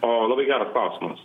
o labai geras klausimas